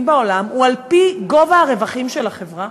בעולם מס חברות הוא על-פי גובה הרווחים של החברה.